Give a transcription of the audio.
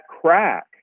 crack